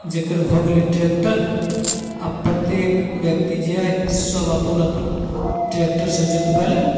जकर भऽ गेलै ट्रैक्टर आओर प्रत्येक व्यक्ति जे अइ से सब अपन अपन ट्रैक्टरसँ जोतबेलनि